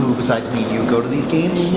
besides me and you go to these games?